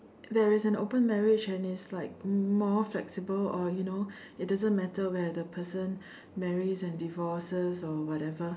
there is an open marriage and it's like more flexible or you know it doesn't matter whether the person marries and divorces or whatever